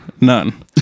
None